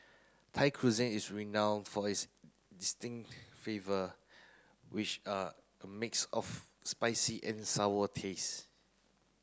Thai Cuisine is renowned for its distinct flavour which are a mix of spicy and sour taste